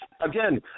again